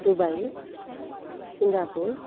Dubai Singapore